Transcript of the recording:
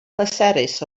pleserus